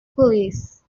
police